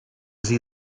see